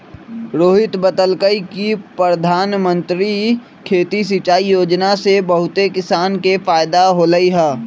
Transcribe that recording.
रोहित बतलकई कि परधानमंत्री खेती सिंचाई योजना से बहुते किसान के फायदा होलई ह